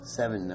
seven